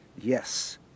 Yes